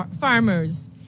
farmers